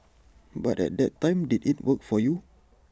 but at that time did IT work for you